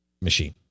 machine